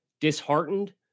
disheartened